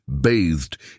bathed